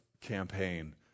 campaign